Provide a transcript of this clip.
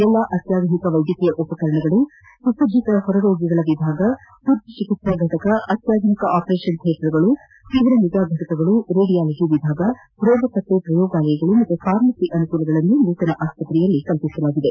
ಎಲ್ಲಾ ಅತ್ತಾಧುನಿಕ ವೈದ್ಯಕೀಯ ಉಪಕರಣಗಳು ಸುಸಜ್ಜಿತ ಹೊರ ರೋಗಿಗಳ ವಿಭಾಗ ತುರ್ತು ಚಿಕಿತ್ಸಾ ಫಟಕ ಅತ್ಯಾಧುನಿಕ ಆಪರೇಷನ್ ಥಿಯೇಟರ್ ಗಳು ತೀವ್ರ ನಿಗಾ ಫಟಕಗಳು ರೇಡಿಯಾಲಜಿ ವಿಭಾಗ ರೋಗ ಪತ್ತೆ ಪ್ರಯೋಗಾಲಯಗಳು ಮತ್ತು ಫಾರ್ಮಸಿ ಅನುಕೂಲಗಳನ್ನು ನೂತನ ಆಸ್ಷತ್ರೆಯಲ್ಲಿ ಕಲ್ಪಿಸಲಾಗಿದೆ